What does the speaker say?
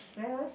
where else